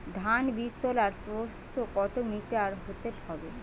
ধান বীজতলার প্রস্থ কত মিটার হতে হবে?